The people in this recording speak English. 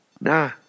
Nah